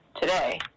today